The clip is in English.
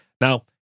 Now